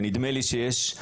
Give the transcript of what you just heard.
ונדמה לי שיש,